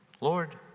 Lord